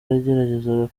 yageragezaga